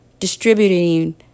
distributing